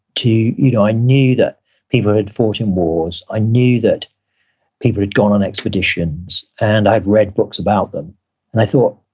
you know i knew that people had fought in wars. i knew that people had gone on expeditions and i'd read books about them and i thought,